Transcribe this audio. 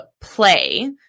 play